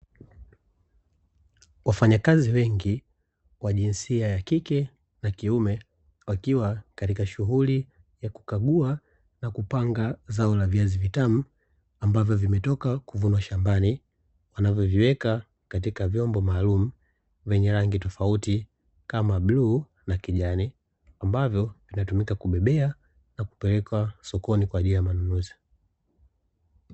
Wafanyakazi wengi wa jinsia ya kike na kiume wakiwa katika shunghuli ya kukagua na kupanga zao la viazi vitamu, ambavyo vimetoka kuvunwa shambani ,wanavyoviweka katika vyombo maalumu vyenye rangi tofauti kama bluu na kijani; ambavyo vinavyotumika kubebea na kupeleka sokoni kwa ajili ya manunuzi.